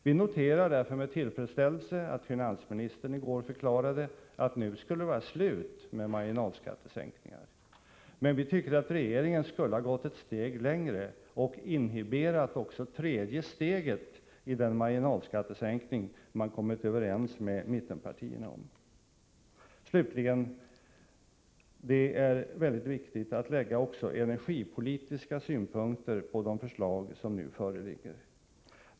Vi noterar därför med tillfredsställelse finansministerns förklaring i går att det nu skulle vara slut med marginalskattesänkningar. Vi tycker dock att regeringen skulle ha gått ett steg längre. Man borde ha inhiberat tredje steget i den marginalskattesänkning som man kommit överens om med mittenpartierna. Slutligen: Det är mycket viktigt att också anlägga energipolitiska synpunkter på de förslag som nu föreligger.